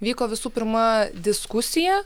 vyko visų pirma diskusija